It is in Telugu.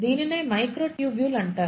దీనినే మైక్రోటుబ్యూల్ అంటారు